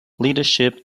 leadership